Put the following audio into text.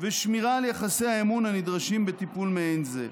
ובשמירה על יחסי האמון, הנדרשים בטיפול מעין זה.